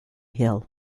hill